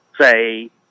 say